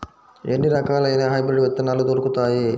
ఎన్ని రకాలయిన హైబ్రిడ్ విత్తనాలు దొరుకుతాయి?